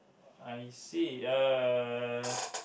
I see uh